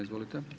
Izvolite.